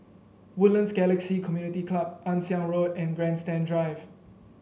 Woodlands Galaxy Community Club Ann Siang Road and Grandstand Drive